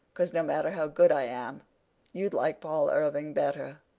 cause no matter how good i am you'd like paul irving better.